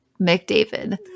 mcdavid